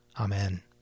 Amen